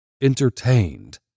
entertained